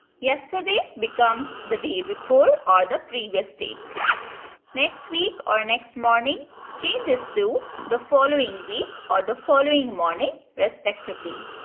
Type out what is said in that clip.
yesterday becomes the day before or the previous day next week or next morning changes to the following week or the following morning respectively.